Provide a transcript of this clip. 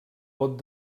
vot